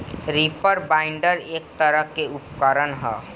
reaper binder एक तरह के उपकरण ह